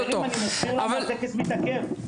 חברים, אני מזכיר לכם שהטקס מתעכב.